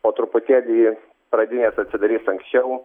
po truputėlį pradinės atsidarys anksčiau